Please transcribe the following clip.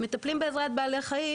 מטפלים בעזרת בעלי חיים,